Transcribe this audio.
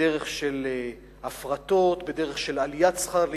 בדרך של הפרטות, בדרך של עליית שכר לימוד,